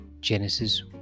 Genesis